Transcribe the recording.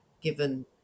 given